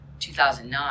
2009